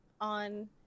on